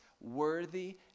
Worthy